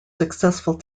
successful